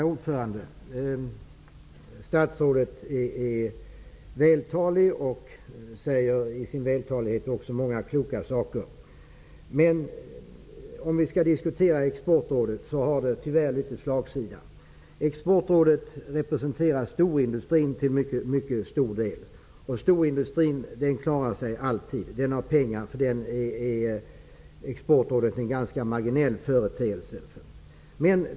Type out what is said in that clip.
Herr talman! Statsrådet är vältalig och säger i sin vältalighet också många kloka saker. Men Exportrådet har tyvärr litet slagsida. Exportrådet representerar storindustrin till mycket stor del, och storindustrin klarar sig alltid. Den har pengar, och för den är Exportrådet en ganska marginell företeelse.